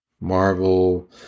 Marvel